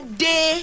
day